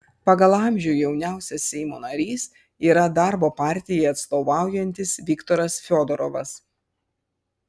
pagal amžių jauniausias seimo narys yra darbo partijai atstovaujantis viktoras fiodorovas